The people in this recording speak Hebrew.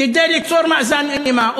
כדי ליצור מאזן אימה.